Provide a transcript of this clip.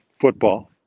football